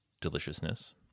deliciousness